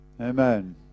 Amen